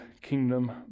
kingdom